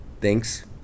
thanks